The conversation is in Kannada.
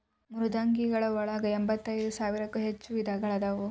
ಮೃದ್ವಂಗಿಗಳ ಒಳಗ ಎಂಬತ್ತೈದ ಸಾವಿರಕ್ಕೂ ಹೆಚ್ಚ ವಿಧಗಳು ಅದಾವ